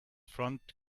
front